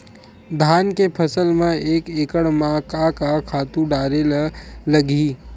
धान के फसल म एक एकड़ म का का खातु डारेल लगही?